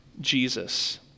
Jesus